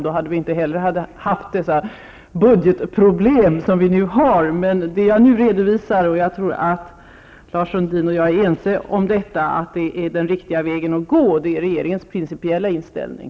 Då hade vi heller inte haft de budgetproblem som vi nu har. Jag tror att Lars Sundin och jag är ense om att det jag nu redovisar är den riktiga vägen att gå, och det är regeringens principiella inställning.